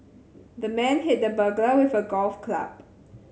the man hit the burglar with a golf club